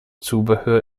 zubehör